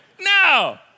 No